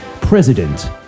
president